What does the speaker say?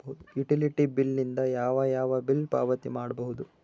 Utility bill ದಿಂದ ಯಾವ ಯಾವ ಬಿಲ್ ಪಾವತಿ ಮಾಡಬಹುದು?